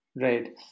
Right